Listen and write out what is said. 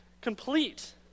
complete